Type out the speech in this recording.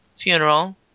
funeral